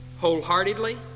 wholeheartedly